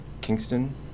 Kingston